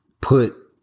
put